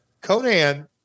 Conan